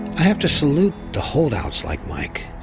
i have to salute the hold-outs like mike,